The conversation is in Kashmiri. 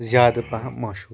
زیادٕ پہَم مشہوٗر